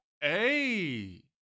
Hey